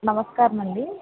నమస్కారమండి